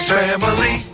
family